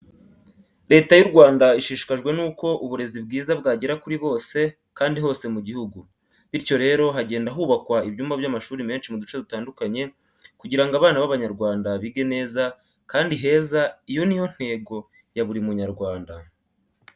Leta y'u Rwanda ishishikajwe n'uko uburezi bwiza bwagera kuri bose kandi hose mu gihugu. Bityo rero hagenda hubakwa ibyumba by'amashuri menshi mu duce dutandukanye kugira ngo abana b'abanyarwanda bige neza kandi heza iyo ni yo ntego ya buri Munyarwanda.